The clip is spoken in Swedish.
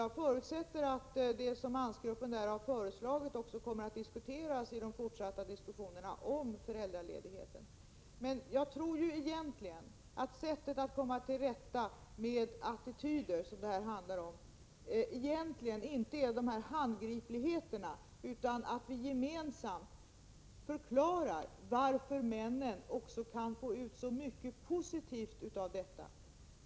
Jag förutsätter att det som mansgruppen har föreslagit också kommer att diskuteras i de fortsatta överläggningarna om föräldraledigheten. Jag tror egentligen att man inte kommer till rätta med attityder, som det här handlar om, genom handgripligheter utan att vi gemensamt skall förklara varför männen också kan få ut så mycket positivt av att ta ut sin föräldraledighet.